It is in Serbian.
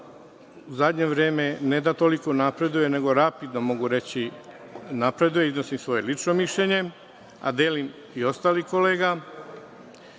u zadnje vreme ne da toliko napreduje, nego rapidno mogu reći napreduje, iznosim svoje lično mišljenje, a delim i ostalih kolega,